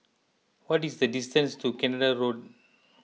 what is the distance to Canada Road